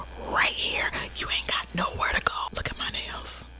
right here. you ain't got nowhere to go. look at my nails.